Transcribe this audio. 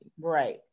right